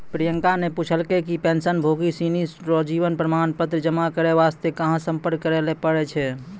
प्रियंका ने पूछलकै कि पेंशनभोगी सिनी रो जीवन प्रमाण पत्र जमा करय वास्ते कहां सम्पर्क करय लै पड़ै छै